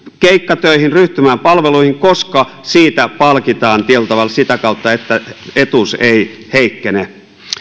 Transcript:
keikkatöihin ryhtymään palveluihin koska siitä palkitaan tietyllä tavalla sitä kautta että etuus ei heikkene